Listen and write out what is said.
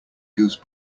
goose